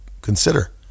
Consider